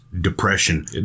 depression